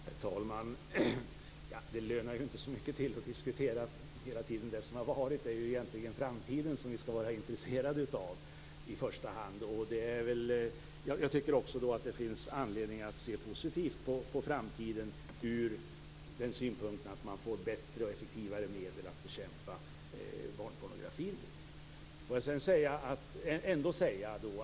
Herr talman! Det lönar sig inte att hela tiden diskutera det som har varit. Det är ju framtiden som vi i första hand skall intressera oss för. Jag tycker att det finns anledning att se positivt på framtiden från den synpunkten att man nu får bättre och effektivare medel att bekämpa barnpornografin.